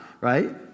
right